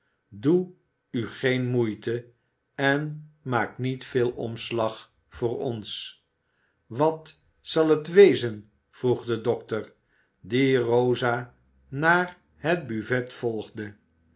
doe u geen moeite en maak niet veel omslag voor ons wat zal het wezen vroeg de dokter die rosa naar het buffet volgde